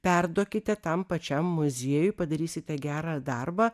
perduokite tam pačiam muziejui padarysite gerą darbą